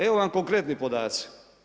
Evo vam konkretni podaci.